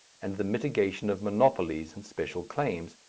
and the mitigation of monopolies and special claims,